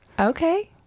Okay